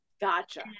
Gotcha